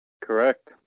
Correct